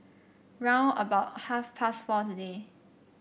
round about half past four today